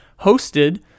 hosted